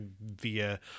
via